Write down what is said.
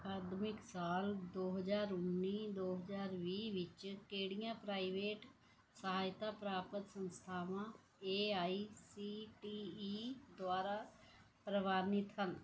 ਅਕਾਦਮਿਕ ਸਾਲ ਦੋ ਹਜ਼ਾਰ ਉੱਨੀ ਦੋ ਹਜ਼ਾਰ ਵੀਹ ਵਿੱਚ ਕਿਹੜੀਆਂ ਪ੍ਰਾਈਵੇਟ ਸਹਾਇਤਾ ਪ੍ਰਾਪਤ ਸੰਸਥਾਵਾਂ A I C T E ਦੁਆਰਾ ਪ੍ਰਵਾਨਿਤ ਹਨ